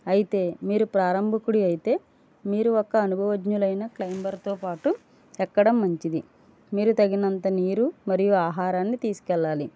అయితే మీరు ప్రారంభకుడు అయితే మీరు ఒక అనుభవజ్ఞులైన క్లైబర్తో పాటు ఎక్కడం మంచిది మీరు తగినంత నీరు మరియు ఆహారాన్ని తీసుకు వెళ్ళాలి